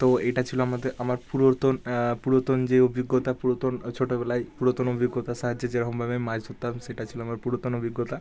তো এটা ছিল আমাদের আমার পুরাতন পুরাতন যে অভিজ্ঞতা পুরাতন ছোটোবেলায় পুরাতন অভিজ্ঞতার সাহায্যে যেরকমভাবে মাছ ধরতাম সেটা ছিল আমার পুরাতন অভিজ্ঞতা